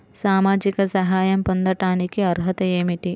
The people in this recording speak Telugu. సామాజిక సహాయం పొందటానికి అర్హత ఏమిటి?